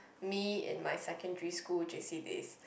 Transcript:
me in my secondary school J_C days